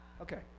Okay